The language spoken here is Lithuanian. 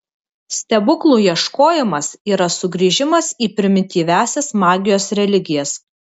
stebuklų ieškojimas yra sugrįžimas į primityviąsias magijos religijas